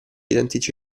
identici